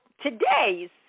today's